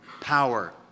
power